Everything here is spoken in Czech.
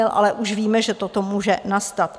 Ale už víme, že toto může nastat.